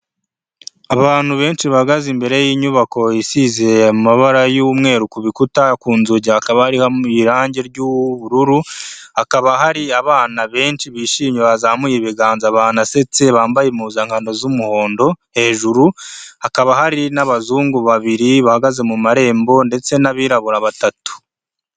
abantu benshi bahagaze imbere y'inyubako isizeye amabara y'umweru ku bikuta ku nzugi hakaba hariho irangi ry'ubururu hakaba hari abana benshi bishimye bazamuye ibiganza banasetse bambaye impuzankando z'umuhondo hejuru hakaba hari n'abazungu babiri bahagaze mu marembo ndetse n'abirabura batatu.